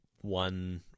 one